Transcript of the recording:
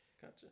Gotcha